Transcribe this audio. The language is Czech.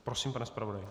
Prosím, pane zpravodaji.